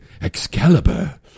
Excalibur